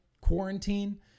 quarantine